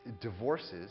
divorces